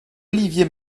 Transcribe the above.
olivier